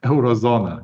euro zoną